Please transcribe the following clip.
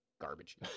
garbage